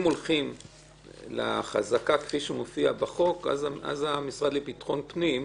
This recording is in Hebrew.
הולכים לחזקה כפי שמופיע בחוק אז המשרד לביטחון פנים,